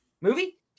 movie